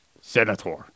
senator